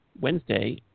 Wednesday